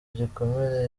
igikomere